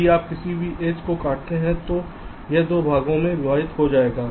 यदि आप किसी भी एज को काटते हैं तो यह 2 भागों में विभाजित हो जाएगा